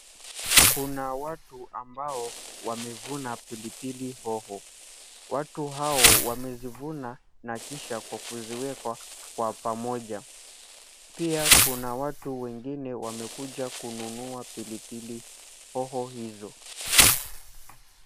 Kuna watu ambao wamevuna pilipili hoho. Watu hao wamezivuna na kisha kuziweka kwa pamoja. Pia kuna watu wengine wamekuja kununua pilipili hoho hizo.